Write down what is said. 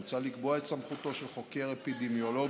מוצע לקבוע את סמכותו של חוקר אפידמיולוגי